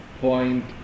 point